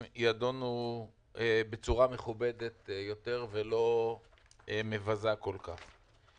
השואה יידונו בצורה מכובדת יותר ולא מבזה כל כך.